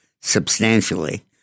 substantially